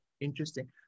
Interesting